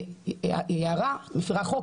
יערה מפרה חוק.